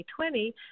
2020